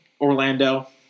Orlando